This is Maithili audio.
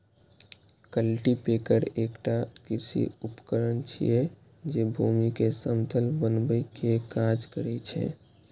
कल्टीपैकर एकटा कृषि उपकरण छियै, जे भूमि कें समतल बनबै के काज करै छै